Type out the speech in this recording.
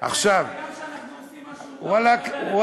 עכשיו, גם כשאנחנו עושים משהו טוב אתה יודע לברבר.